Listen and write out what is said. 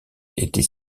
était